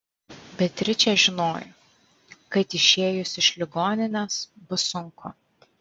beatričė žinojo kad išėjus iš ligoninės bus sunku